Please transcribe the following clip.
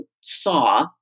saw